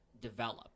develop